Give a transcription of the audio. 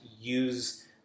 use